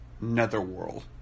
Netherworld